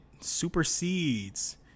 supersedes